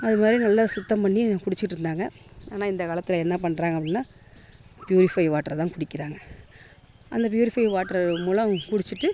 அது மாதிரி நல்ல சுத்தம் பண்ணி குடிச்சிட்டிருந்தாங்க ஆனால் இந்த காலத்தில் என்ன பண்ணுறாங்க அப்படினா ப்யூரிஃபை வாட்டரைதான் குடிக்கிறாங்க அந்த ப்யூரிஃபை வாட்டரு மூலம் குடிச்சுட்டு